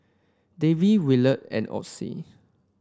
Davey Williard and Ocie